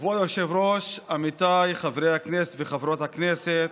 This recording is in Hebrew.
כבוד היושב-ראש, עמיתיי חברי הכנסת וחברות הכנסת,